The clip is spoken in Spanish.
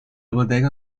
bodega